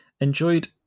enjoyed